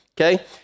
okay